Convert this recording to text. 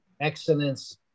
excellence